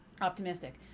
optimistic